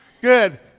Good